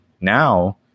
now